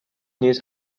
نیز